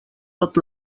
tot